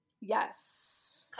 yes